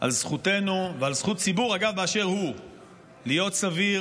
על זכותנו ועל זכות הציבור באשר הוא להיות סביר,